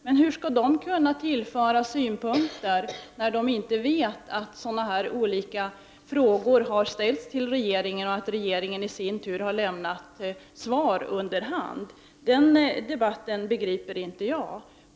Men hur skall de kunna tillföra synpunkter då de inte vet att vissa frågor har ställts till regeringen och att regeringen i sin tur har lämnat svar under hand? Den debatten begriper inte jag.